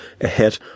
ahead